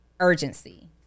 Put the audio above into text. urgency